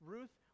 Ruth